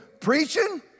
preaching